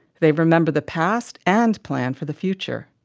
they remember the past and plan for the future.